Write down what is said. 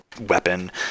weapon